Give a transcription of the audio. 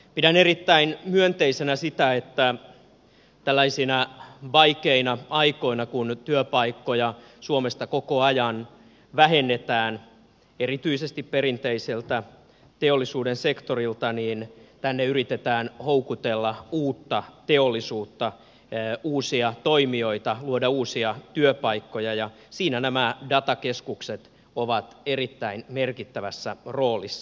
pidän erittäin myönteisenä sitä että tällaisina vaikeina aikoina kun työpaikkoja suomesta koko ajan vähennetään erityisesti perinteiseltä teollisuuden sektorilta tänne yritetään houkutella uutta teollisuutta uusia toimijoita luoda uusia työpaikkoja ja siinä nämä datakeskukset ovat erittäin merkittävässä roolissa